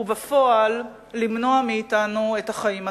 ובפועל למנוע מאתנו את החיים עצמם.